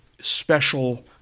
special